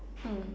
mm